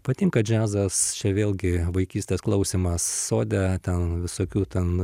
patinka džiazas čia vėlgi vaikystės klausymas sode ten visokių ten